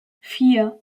vier